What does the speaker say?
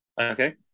Okay